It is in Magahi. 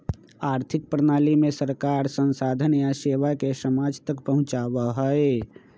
आर्थिक प्रणाली में सरकार संसाधन या सेवा के समाज तक पहुंचावा हई